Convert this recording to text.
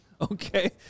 Okay